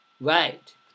Right